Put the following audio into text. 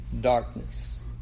darkness